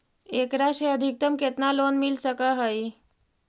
एकरा से अधिकतम केतना लोन मिल सक हइ?